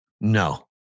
No